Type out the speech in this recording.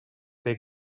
they